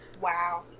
Wow